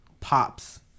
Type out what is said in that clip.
pops